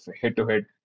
head-to-head